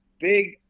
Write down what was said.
Big